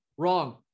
Wrong